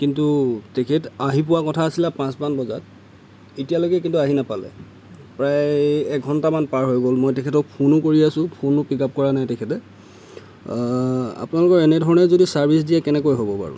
কিন্তু তেখেত আহি পোৱাৰ কথা আছিলে পাঁচ মান বজাত এতিয়ালৈকে কিন্তু আহি নাপালে প্ৰায় এক ঘণ্টামান পাৰ হৈ গ'ল মই তেখেতক ফোনো কৰি আছোঁ ফোনো পিকআপ কৰা নাই তেখেতে আপোনালোকে এনেধৰণে যদি ছাৰ্ভিচ দিয়ে কেনেকৈ হ'ব বাৰু